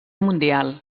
mundial